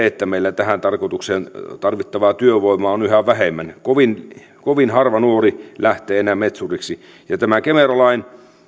että meillä tähän tarkoitukseen tarvittavaa työvoimaa on yhä vähemmän kovin kovin harva nuori lähtee enää metsuriksi ja tämän kemera lain